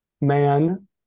man